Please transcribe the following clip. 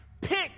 pick